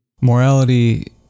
morality